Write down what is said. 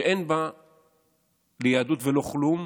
שאין בה ליהדות לא כלום